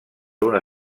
una